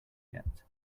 yet